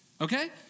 okay